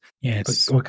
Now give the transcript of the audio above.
Yes